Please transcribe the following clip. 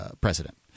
president